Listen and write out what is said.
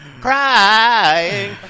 crying